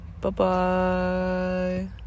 Bye-bye